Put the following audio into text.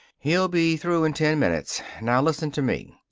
he'll be through in ten minutes. now listen to me.